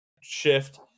shift